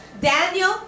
Daniel